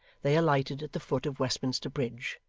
they alighted at the foot of westminster bridge,